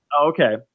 Okay